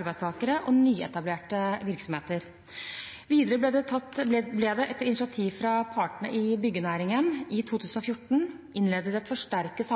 arbeidstakere og nyetablerte virksomheter. Videre ble det etter initiativ fra partene i byggenæringen i 2014 innledet et forsterket